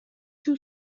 too